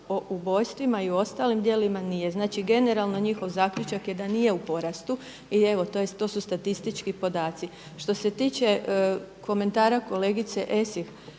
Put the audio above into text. o ubojstvima i ostalim djelima nije. Znači, generalno njihov zaključak da nije porastu i evo to su statistički podaci. Što se tiče komentara kolegice Esih,